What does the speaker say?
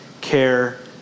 care